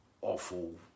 awful